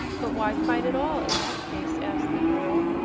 but why fight at all, in that case? asked the girl.